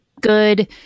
good